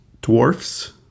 dwarfs